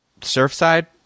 Surfside